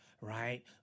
Right